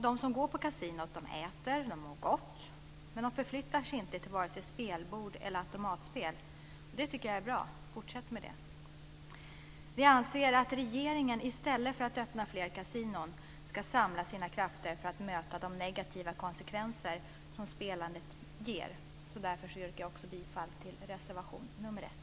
De som går på kasinot äter och mår gott, men de förflyttar sig inte till vare sig spelbord eller automatspel. Jag tycker att det är bra - fortsätt med det! Vi anser att regeringen i stället för att öppna fler kasinon ska samla sina krafter för att möta de negativa konsekvenser som spelandet ger. Därför yrkar jag bifall till reservation nr 1.